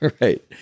Right